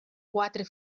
quatre